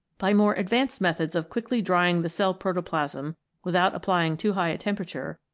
by more advanced methods of quickly drying the cell protoplasm without applying too high a temperature,